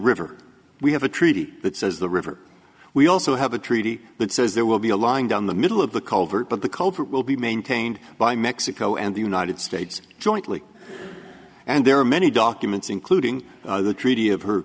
river we have a treaty that says the river we also have a treaty that says there will be a line down the middle of the culvert but the culprit will be maintained by mexico and the united states jointly and there are many documents including the treaty of her